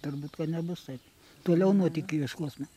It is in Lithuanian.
turbūt nebus taip toliau nuotykių ieškosime